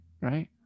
right